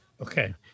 okay